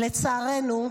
ולצערנו,